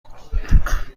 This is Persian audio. کنم